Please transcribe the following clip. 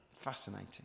fascinating